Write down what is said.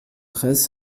fraysse